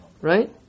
right